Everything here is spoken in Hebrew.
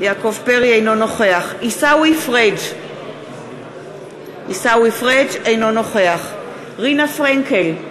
אינו נוכח עיסאווי פריג' אינו נוכח רינה פרנקל,